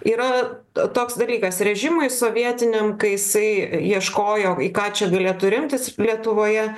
yra toks dalykas režimui sovietiniam kai jisai ieškojo į ką čia galėtų remtis lietuvoje